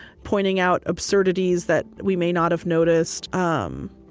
pointing out absurdities that we may not have noticed. um